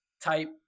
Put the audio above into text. type